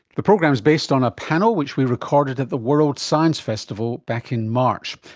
the program is based on a panel which we recorded at the world science festival back in march.